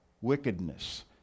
wickedness